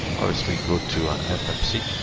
obviously go to ah fmc